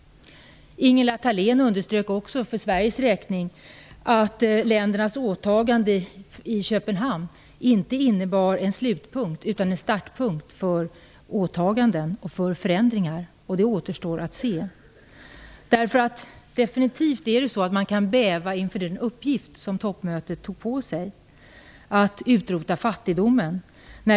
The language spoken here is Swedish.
Ingela Thalén underströk också för Sveriges räkning att ländernas åtaganden i Köpenhamn inte innebar en slutpunkt utan en startpunkt för åtaganden och för förändringar. Det återstår att se. Definitivt kan man bäva inför den uppgift som toppmötet tog på sig, att utrota fattigdomen.